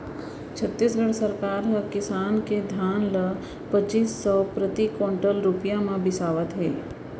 छत्तीसगढ़ सरकार ह किसान के धान ल पचीस सव प्रति कोंटल रूपिया म बिसावत हे